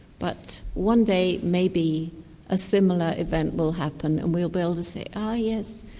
but one day maybe a similar event will happen and we'll be able to say, ah yes,